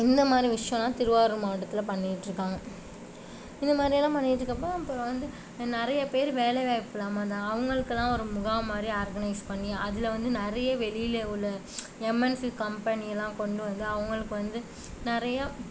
இந்த மாதிரி விஷயம்லாம் திருவாரூர் மாவட்டத்தில் பண்ணிகிட்டு இருக்காங்க இந்த மாதிரி எல்லாம் பண்ணிட்டு இருக்கறப்போ அப்புறம் வந்து நிறைய பேர் வேலை வாய்ப்பு இல்லாமல் இருந்தாங்க அவர்களுக்கு எல்லாம் ஒரு முகாம் வந்து மாதிரி ஆர்க்கனைஸ் பண்ணி அதில் நிறைய வெளியில் உள்ள எம்என்சி கம்பனியெலாம் கொண்டு வந்து அவர்களுக்கு வந்து நிறைய